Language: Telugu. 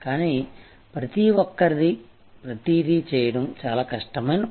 కానీ ప్రతి ఒక్కరికీ ప్రతిదీ చేయడం చాలా కష్టమైన పని